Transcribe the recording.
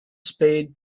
spade